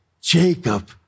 Jacob